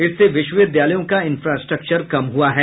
इससे विश्वविद्यालयों का इंफ्रास्ट्रक्टर कम हुआ है